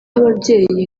ababyeyi